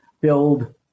build